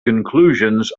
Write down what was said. conclusions